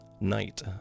night